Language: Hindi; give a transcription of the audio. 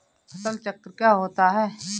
फसल चक्र क्या होता है?